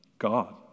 God